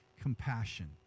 compassion